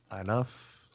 enough